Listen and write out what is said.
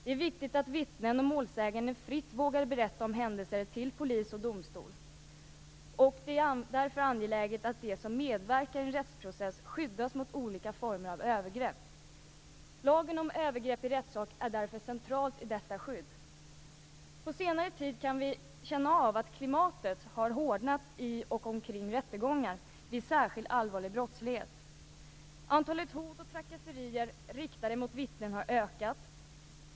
Det är viktigt att vittnen och målsäganden fritt vågar berätta om händelser för polis och domstol. Det är därför angeläget att de som medverkar i en rättsprocess skyddas mot olika former av övergrepp. Lagen om övergrepp i rättssak är därför central i detta skydd. På senare tid har vi kunnat känna av att klimatet har hårdnat i och omkring rättegångar vid särskilt allvarlig brottslighet. Antalet hot och trakasserier riktade mot vittnen har ökat.